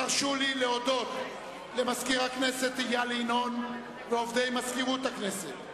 תרשו לי להודות למזכיר הכנסת איל ינון ולעובדי מזכירות הכנסת,